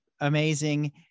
amazing